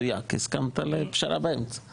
יש להעביר אותן לוועדת הפנים והגנת הסביבה.